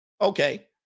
Okay